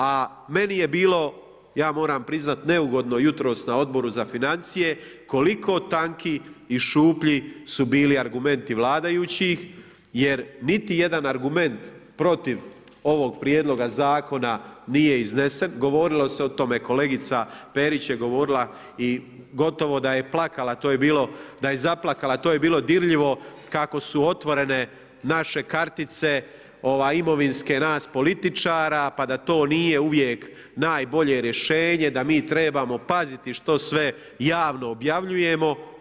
A meni je bilo ja moram priznati neugodno jutros na Odboru za financije koliko tanki i šuplji su bili argumenti vladajućih jer niti jedan argument protiv ovog prijedloga zakona nije iznesen, govorilo se o tome kolegica Perić je govorila i gotovo da je zaplakala, to je bilo dirljivo kako su otvorene naše kartice imovinske nas političara, pa da to nije uvijek najbolje rješenje, da mi trebamo paziti što sve javno objavljujemo.